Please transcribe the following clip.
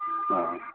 ꯑꯥ